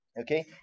okay